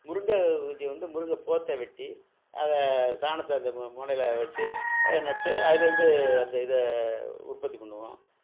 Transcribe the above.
முருங்கை குச்சி வந்து முருங்கை போத்தை வெட்டி அதை சாணத்தை அந்த முனைல வச்சு நட்டு அதுலேருந்து அந்த இதை உற்பத்தி பண்ணுவோம்